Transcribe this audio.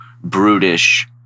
brutish